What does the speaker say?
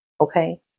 Okay